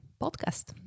podcast